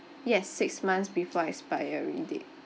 yes six months before expiry date